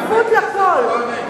שקיפות לכול,